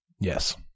Yes